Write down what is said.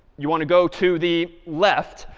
you want to go to the left.